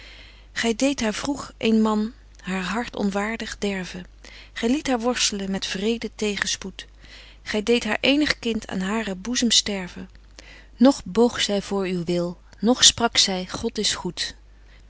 deedt haar vroeg een man haar hart onwaardig derven gy liet haar worstelen met wreden tegenspoed gy deedt haar eenig kind aan haren boezem sterven nog boog zy voor uw wil nog sprak zy god is goed